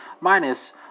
minus